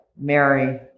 Mary